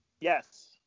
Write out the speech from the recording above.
Yes